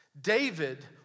David